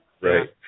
Right